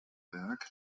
werk